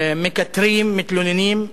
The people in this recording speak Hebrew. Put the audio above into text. מקטרים, מתלוננים.